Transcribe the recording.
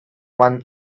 one